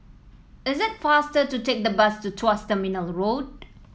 is it faster to take the bus to Tuas Terminal Road